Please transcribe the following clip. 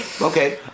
Okay